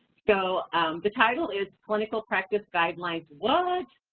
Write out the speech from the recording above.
so the title is clinical practice guidelines. whaatt?